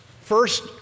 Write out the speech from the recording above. First